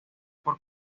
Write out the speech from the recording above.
por